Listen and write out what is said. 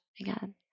again